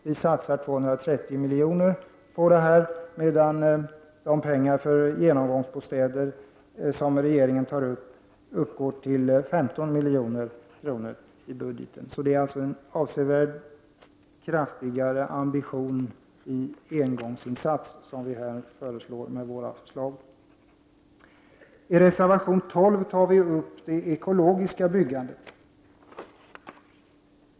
Vi satsar 230 milj.kr. på detta, medan de pengar till genomgångsbostäder som regeringen tar upp i budgeten uppgår till 15 milj.kr. Det är alltså en avsevärt kraftigare ambition i engångsinsatser som vi här föreslår. I reservation 12 aktualiserar vi frågan om det ekologiska byggandet.